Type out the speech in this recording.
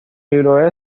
libro